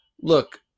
Look